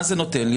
מה זה נותן לי?